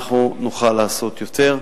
אנחנו נוכל לעשות יותר,